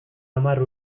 hamar